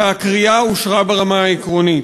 והכרייה אושרה ברמה העקרונית.